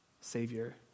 savior